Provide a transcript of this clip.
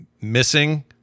missing